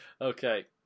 Okay